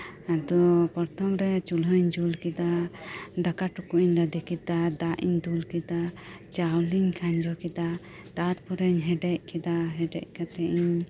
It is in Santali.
ᱟᱫᱚ ᱯᱚᱨᱛᱷᱚᱢ ᱨᱮ ᱪᱩᱞᱦᱟᱹᱧ ᱡᱩᱞ ᱠᱮᱫᱟ ᱫᱟᱠᱟ ᱴᱩᱠᱩᱡ ᱤᱧ ᱞᱟᱫᱮ ᱠᱮᱫᱟ ᱫᱟᱜ ᱤᱧ ᱫᱩᱞ ᱠᱮᱫᱟ ᱪᱟᱣᱞᱮᱧ ᱠᱷᱟᱸᱡᱚ ᱠᱮᱫᱟ ᱛᱟᱯᱚᱨᱮᱧ ᱦᱮᱰᱮᱡ ᱠᱮᱫᱟ ᱦᱮᱰᱮᱡ ᱠᱟᱛᱮᱜ ᱤᱧ